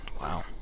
Wow